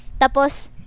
tapos